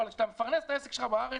אבל כשאתה מפרנס את העסק בארץ.